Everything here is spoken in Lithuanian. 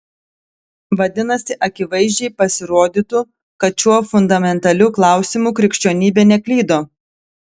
vadinasi akivaizdžiai pasirodytų kad šiuo fundamentaliu klausimu krikščionybė neklydo